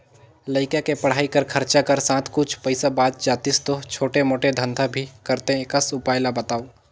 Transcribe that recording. लइका के पढ़ाई कर खरचा कर साथ कुछ पईसा बाच जातिस तो छोटे मोटे धंधा भी करते एकस उपाय ला बताव?